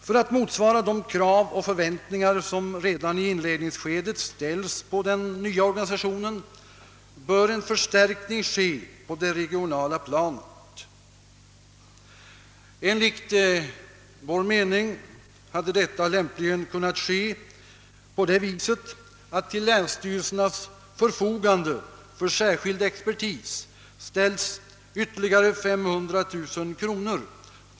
För att motsvara de krav och förväntningar som redan i inledningsskedet ställs på den nya organisationen bör en förstärkning göras på det regionala planet, Enligt vår mening hade detta lämpligen kunnat ske på det sättet, att till länsstyrelsernas förfogande för särskild expertis ställts ytterligare 500 000 kronor.